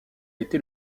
été